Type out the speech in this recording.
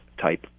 type